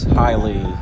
highly